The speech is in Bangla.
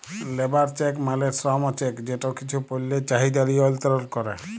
লেবার চেক মালে শ্রম চেক যেট কিছু পল্যের চাহিদা লিয়লত্রল ক্যরে